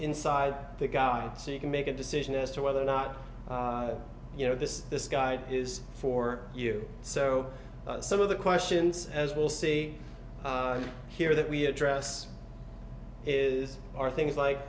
inside the guy so you can make a decision as to whether or not you know this this guy is for you so some of the questions as we'll see here that we address is are things like